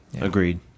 agreed